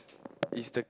is the